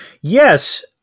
Yes